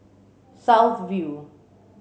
South View